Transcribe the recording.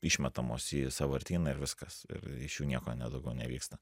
išmetamos į sąvartyną ir viskas ir iš jų nieko ne daugiau nevyksta